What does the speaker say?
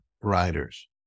writers